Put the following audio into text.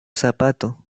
zapato